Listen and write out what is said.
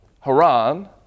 Haran